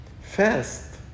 fast